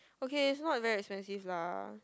okay is not very expensive lah